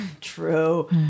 True